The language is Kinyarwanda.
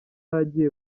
agiye